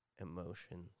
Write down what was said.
emotions